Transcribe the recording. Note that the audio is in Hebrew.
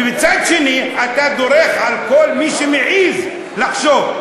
ומצד שני אתה דורך על כל מי שמעז לחשוב.